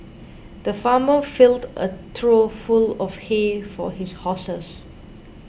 the farmer filled a trough full of hay for his horses